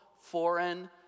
foreign